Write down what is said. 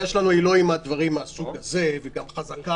הבעיה שלנו היא עם הדברים מהסוג הזה וגם חזקה